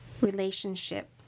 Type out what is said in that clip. relationship